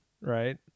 right